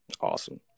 Awesome